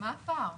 מה הפער?